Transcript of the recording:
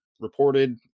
reported